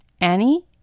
Annie